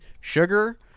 sugar